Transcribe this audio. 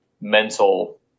mental